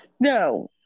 No